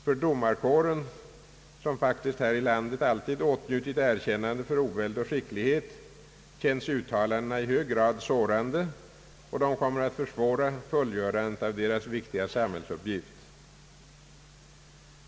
För domarkåren, som fraktiskt här i landet alltid åtnjutit erkännande för oväld och skicklighet, känns uttalandena i hög grad sårande, och de kommer att försvåra fullgörandet av kårens viktiga samhällsuppgift.